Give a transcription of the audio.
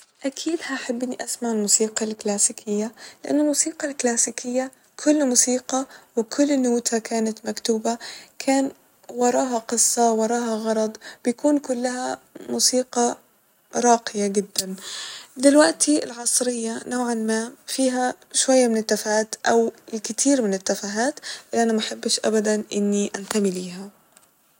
أكيد هحب إني أسمع الموسيقى الكلاسيكية لإن الموسيقى الكلاسيكية كل موسيقى وكل نوتة كانت مكتوبة كان وراها قصة وراها غرض بيكون كلها موسيقى راقية جدا ، دلوقتي العصرية نوعا ما فيها شوية من التفاهات او الكتير من التفاهات يعني محبش أبدا اني انتمي ليها